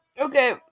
Okay